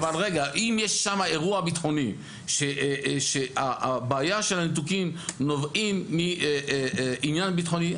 אם יש שם אירוע ביטחוני שהבעיה של הניתוקים נובעים מעניין ביטחוני,